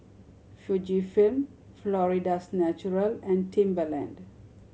Fujifilm Florida's Natural and Timberland